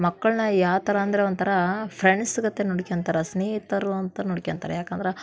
ಮಕ್ಕಳನ್ನ ಯಾವ ಥರ ಅಂದ್ರೆ ಒಂಥರ ಫ್ರೆಂಡ್ಸ್ ಗತಿ ನೋಡ್ಕೊಳ್ತಾರ ಸ್ನೇಹಿತರು ಅಂತ ನೋಡ್ಕೊಳ್ತಾರ ಯಾಕಂದ್ರೆ